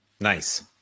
Nice